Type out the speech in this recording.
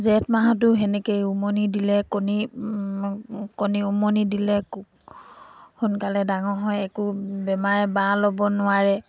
জেঠ মাহতো সেনেকেই উমনি দিলে কণী কণী উমনি দিলে সোনকালে ডাঙৰ হয় একো বেমাৰে বাঁহ ল'ব নোৱাৰে